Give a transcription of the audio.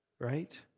right